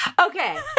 Okay